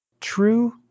True